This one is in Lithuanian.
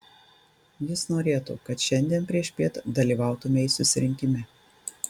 jis norėtų kad šiandien priešpiet dalyvautumei susirinkime